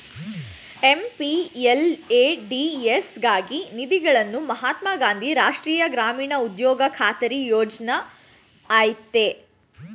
MPLADS ಗಾಗಿ ನಿಧಿಗಳನ್ನು ಮಹಾತ್ಮ ಗಾಂಧಿ ರಾಷ್ಟ್ರೀಯ ಗ್ರಾಮೀಣ ಉದ್ಯೋಗ ಖಾತರಿ ಯೋಜ್ನ ಆಯ್ತೆ